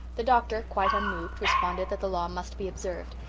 the doctor, quite unmoved, responded that the law must be observed,